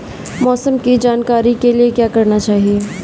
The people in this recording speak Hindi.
मौसम की जानकारी के लिए क्या करना चाहिए?